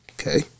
okay